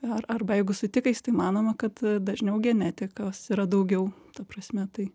ar arba jeigu su tikais tai manoma kad dažniau genetikos yra daugiau ta prasme tai